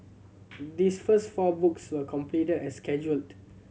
this first four books were completed as scheduled